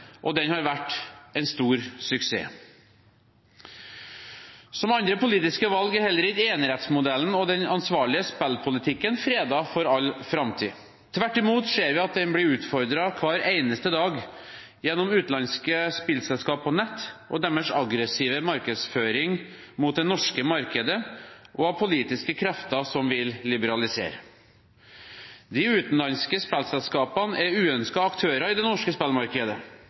og den har vært en stor suksess. Som andre politiske valg er heller ikke enerettsmodellen og den ansvarlige spillpolitikken fredet for all framtid. Tvert imot ser vi at den hver eneste dag blir utfordret gjennom utenlandske spillselskaper på nett og deres aggressive markedsføring rettet mot det norske markedet, og av politiske krefter som vil liberalisere. De utenlandske spillselskapene er uønskede aktører i det norske spillmarkedet